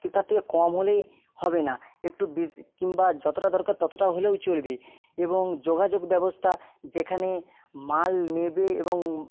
কিন্তু তার থেকে কম হলেই হবে না একটু বেশি কিংবা যতটা দরকার ততটা হলেও চলবে এবং যোগাযোগ ব্যবস্থা যেখানে মাল নেবে এবং